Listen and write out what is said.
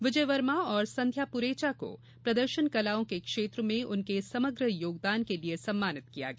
विजय वर्मा और संध्या पुरेचा को प्रदर्शन कलाओं के क्षेत्र में उनके समग्र योगदान के लिए सम्मानित किया गया